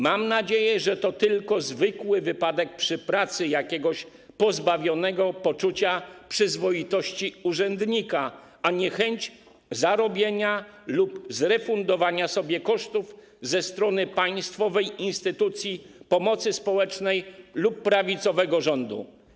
Mam nadzieję, że to tylko zwykły wypadek przy pracy jakiegoś pozbawionego poczucia przyzwoitości urzędnika, a nie chęć zarobienia lub zrefundowania sobie kosztów ze strony państwowej instytucji pomocy społecznej lub prawicowego rządu.